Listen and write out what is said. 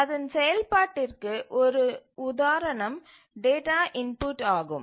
அதன் செயல்பாட்டிற்கு ஒரு உதாரணம் டேட்டா இன்புட் ஆகும்